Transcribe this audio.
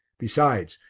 besides,